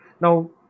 Now